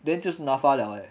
then 就是 N_A_F_A 了 leh